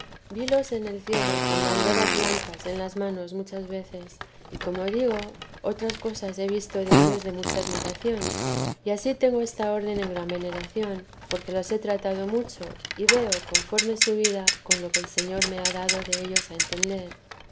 vilos en el cielo con banderas blancas en las manos algunas veces y como digo otras cosas he visto dellos de mucha admiración y ansí tengo esta orden en gran veneración porque los he tratado mucho y veo conforma su vida con lo que el señor me ha dado dellos a entender